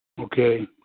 Okay